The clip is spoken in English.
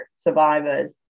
survivors